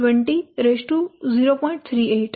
5 x 0